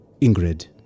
Ingrid